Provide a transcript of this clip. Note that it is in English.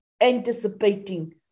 anticipating